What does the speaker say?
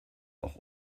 auch